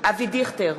אבי דיכטר,